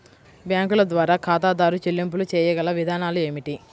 బ్యాంకుల ద్వారా ఖాతాదారు చెల్లింపులు చేయగల విధానాలు ఏమిటి?